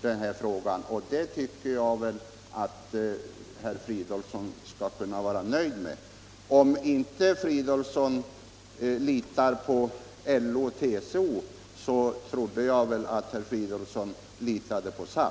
den här frågan, och det tycker jag att herr Fridolfsson skulle kunna vara nöjd med, Om herr Fridolfsson inte litar på LO och TCO, trodde jag ändå att han litade på SAF.